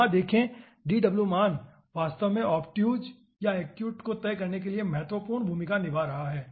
यहाँ देखें dw मान वास्तव में ऑब्टयूज़ या एक्यूट को तय करने के लिए महत्वपूर्ण भूमिका निभा रहा है